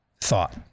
thought